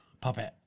puppet